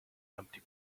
empty